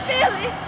Billy